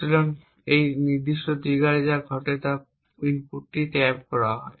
সুতরাং এই নির্দিষ্ট ট্রিগারে যা ঘটে তা হল ইনপুটটি ট্যাপ করা হয়